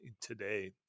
today